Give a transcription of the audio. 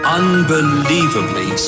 unbelievably